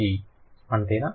e అంతేనా